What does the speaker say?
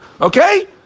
Okay